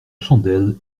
chandelle